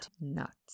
nuts